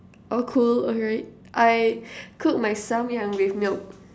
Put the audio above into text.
oh cool alright I cook my samyang with milk